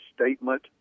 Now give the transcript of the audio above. statement